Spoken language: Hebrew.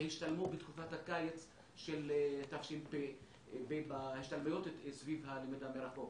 שהשתלמו בתקופת הקיץ של תש"פ סביב הלמידה מרחוק.